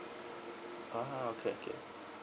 ah okay okay okay